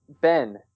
Ben